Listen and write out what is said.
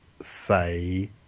Say